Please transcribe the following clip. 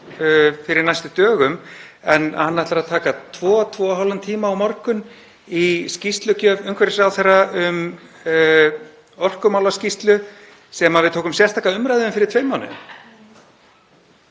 fyrir næstu dögum að hann ætlar að taka tvo, tvo og hálfan tíma á morgun í skýrslugjöf umhverfisráðherra um orkumálaskýrslu sem við tókum sérstaka umræðu um fyrir tveimur